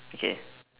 okay